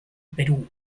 perú